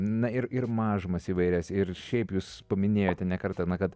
na ir ir mažumas įvairias ir šiaip jūs paminėjote ne kartą na kad